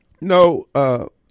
No